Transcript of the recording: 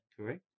correct